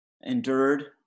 endured